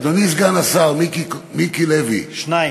אדוני סגן השר מיקי לוי, שניים.